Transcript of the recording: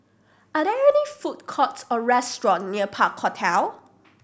are there any food courts or restaurants near Park Hotel